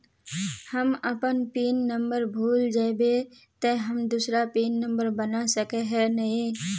हम अपन pin number भूल जयबे ते हम दूसरा पिन नंबर बना सके है नय?